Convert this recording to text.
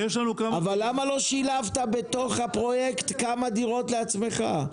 למה לא שילבת בתוך הפרויקט כמה דירות לעצמך?